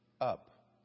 up